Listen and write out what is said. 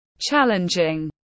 challenging